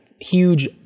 huge